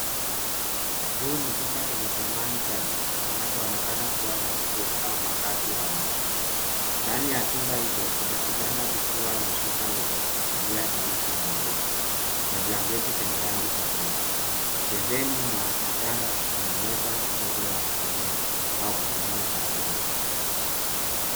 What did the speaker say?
Huu ni chumba chenye samani chache kinachoonekana kuwa na hosteli au makazi ya wanafunzi. Ndani ya chumba hicho kuna kitanda kikiwa na shuka lenye milia nyeusi na nyeupe, na blanketi zenye rangi tofauti. Pembeni mwa kitanda kuna meza ndogo ya kusomea au kufanyia kazi na kiti.